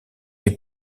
les